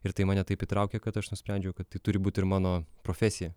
ir tai mane taip įtraukė kad aš nusprendžiau kad tai turi būti ir mano profesija